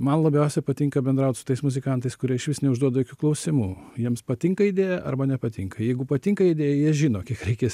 man labiausiai patinka bendraut su tais muzikantais kurie išvis neužduoda jokių klausimų jiems patinka idėja arba nepatinka jeigu patinka idėja jie žino kiek reikės